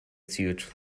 suit